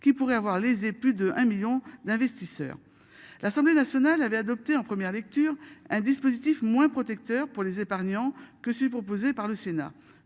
qui pourrait avoir lésé plus de un million d'investisseurs. L'Assemblée nationale avait adopté en première lecture un dispositif moins protecteur pour les épargnants que celui proposé par le Sénat.